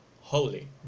holy